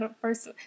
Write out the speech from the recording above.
First